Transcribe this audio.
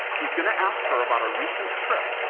he's going to ask her about a recent trip.